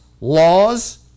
laws